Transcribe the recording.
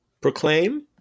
Proclaim